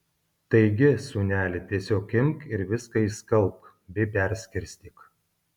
taigi sūneli tiesiog imk ir viską išskalbk bei perskirstyk